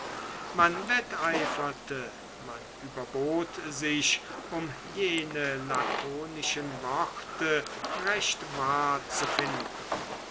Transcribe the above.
man wetteiferte man überbot sich um jene lakonischen worte recht wahr zu finden